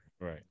Right